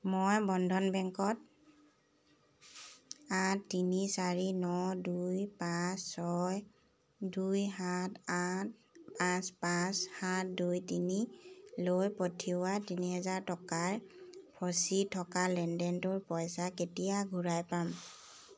মই বন্ধন বেংকত আঠ তিনি চাৰি ন দুই পাঁচ ছয় দুই সাত আঠ পাঁচ পাঁচ সাত দুই তিনি লৈ পঠিওৱা তিনি হেজাৰ টকাৰ ফচি থকা লেনদেনটোৰ পইচা কেতিয়া ঘূৰাই পাম